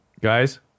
guys